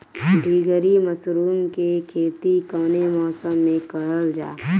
ढीघरी मशरूम के खेती कवने मौसम में करल जा?